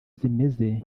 zimeze